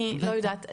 אני לא יודעת,